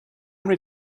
many